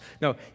No